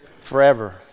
Forever